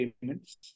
payments